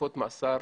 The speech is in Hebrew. ותקופות מאסר